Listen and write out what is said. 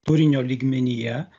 turinio lygmenyje